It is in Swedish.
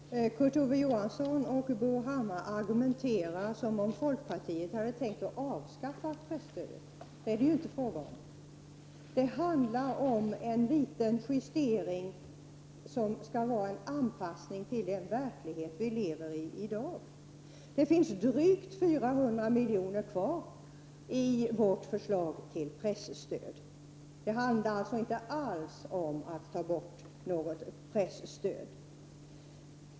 Herr talman! Kurt Ove Johansson och Bo Hammar argumenterar som om folkpartiet hade tänkt zvskaffa presstödet. Men det är inte fråga om det. Det handlar om en liten justering som en anpassning till den verklighet som vi i dag lever i. Det finns drygt 400 milj.kr. kvar i vårt förslag till presstöd. Det handlar alltså inte alls om att vi vill'ta bort något presstöd.